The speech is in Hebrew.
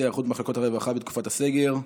היערכות מחלקות הרווחה בתקופת הסגר.